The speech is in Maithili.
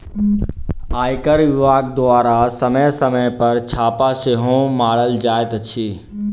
आयकर विभाग द्वारा समय समय पर छापा सेहो मारल जाइत अछि